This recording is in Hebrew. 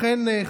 לכן,